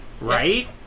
Right